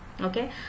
Okay